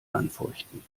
anfeuchten